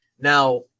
Now